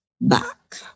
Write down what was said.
back